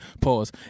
pause